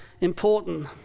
important